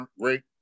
great